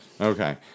Okay